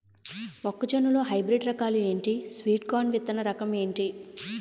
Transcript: మొక్క జొన్న లో హైబ్రిడ్ రకాలు ఎంటి? స్వీట్ కార్న్ విత్తన రకం ఏంటి?